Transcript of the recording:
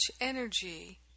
energy